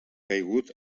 caigut